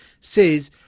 says